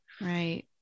right